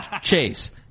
Chase